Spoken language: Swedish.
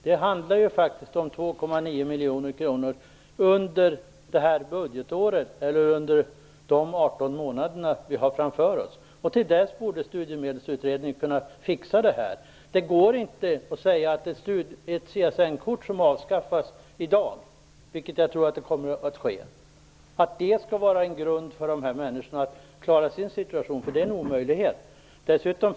Det handlar faktiskt om 18 månader vi har framför oss. Till dess borde Studiemedelsutredningen ha kunnat fixa detta. Det går inte att säga att ett CSN-kort som avskaffas i dag, vilket jag tror kommer att ske, skall vara grund för dessa människor att klara sin situation. Det är en omöjlighet.